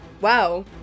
Wow